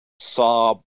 saw